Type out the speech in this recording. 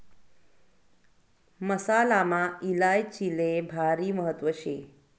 मसालामा इलायचीले भारी महत्त्व शे